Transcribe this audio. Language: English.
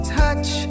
touch